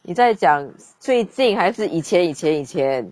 你在讲最近还是以前以前以前